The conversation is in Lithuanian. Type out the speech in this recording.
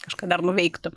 kažkada dar nuveiktų